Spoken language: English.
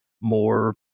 more